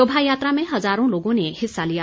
शोभायात्रा में हजारों लोगों ने हिस्सा लिया